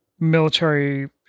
military